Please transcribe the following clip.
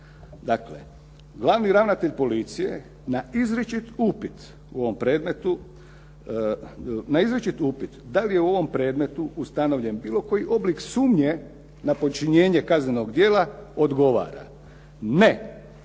Dakle, glavni ravnatelj policije na izričit upit da li je u ovom predmetu ustanovljen bilo koji oblik sumnje na počinjenje kaznenog djela odgovara: "Ne,